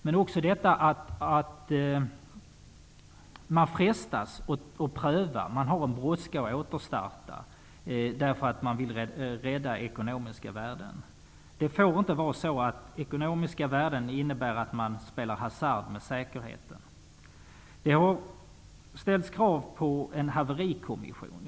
Man frestas att pröva, och man har en brådska att återstarta därför att man vill rädda ekonomiska värden. Det får inte vara så att ekonomiska värden innebär att man spelar hasard med säkerheten. Det har ställts krav på att man skall tillsätta en haverikommission.